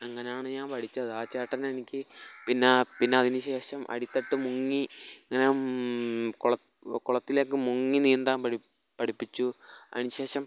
അങ്ങനാണ് ഞാന് പഠിച്ചത് ആ ചേട്ടനെനിക്ക് പിന്നെ പിന്നെ അതിനുശേഷം അടിത്തട്ട് മുങ്ങി ഇങ്ങനെ കുളത്തിലേക്ക് മുങ്ങി നീന്താന് പഠിപ്പിച്ചു അതിനുശേഷം